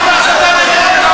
אתה לא מגנה את מי שמאיים על